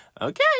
Okay